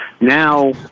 Now